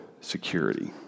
security